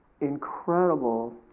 incredible